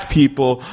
people